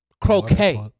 Croquet